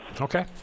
Okay